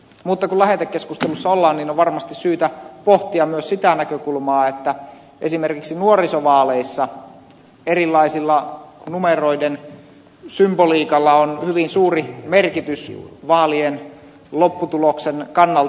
mutta kun lähetekeskustelussa ollaan niin on varmasti syytä pohtia myös sitä näkökulmaa että esimerkiksi nuorisovaaleissa erilaisella numeroiden symboliikalla on hyvin suuri merkitys vaalien lopputuloksen kannalta